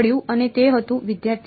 વિદ્યાર્થી